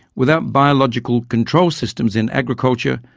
without biological control systems in agriculture,